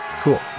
cool